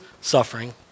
suffering